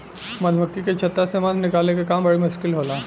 मधुमक्खी के छता से मध निकाले के काम बड़ी मुश्किल होला